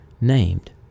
named